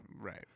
Right